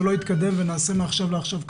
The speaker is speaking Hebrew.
לא התקדם ושנעשה מעכשיו לעכשיו קמפיין?